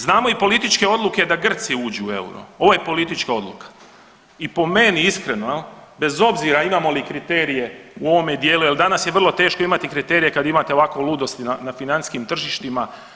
Znamo i političke odluke da Grci uđu u euro, ovo je politička odluka i po meni iskreno jel bez obzira imamo li kriterije u ovome dijelu jel danas je vrlo teško imati kriterije kad imate ovako ludosti na financijskim tržištima.